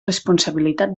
responsabilitat